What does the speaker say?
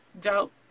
Dope